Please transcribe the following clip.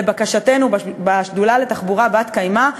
לבקשתנו בשדולה לתחבורה בת-קיימא,